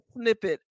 snippet